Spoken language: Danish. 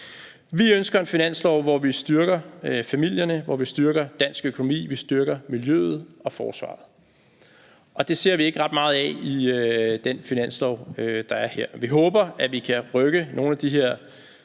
Vi ønsker en finanslov, hvor vi styrker familierne, hvor vi styrker dansk økonomi og vi styrker miljøet og forsvaret. Og det ser vi ikke ret meget af i det forslag til finanslov, der er her. Vi håber, at vi kan rykke nogle af de her